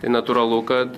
tai natūralu kad